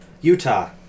Utah